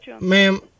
ma'am